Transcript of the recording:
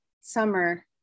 summer